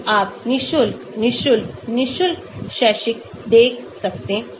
तो आप नि शुल्क नि शुल्क नि शुल्क शैक्षिक देख सकते हैं